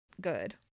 good